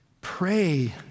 pray